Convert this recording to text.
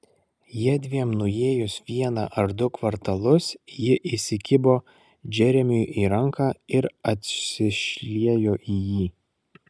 jiedviem nuėjus vieną ar du kvartalus ji įsikibo džeremiui į ranką ir atsišliejo į jį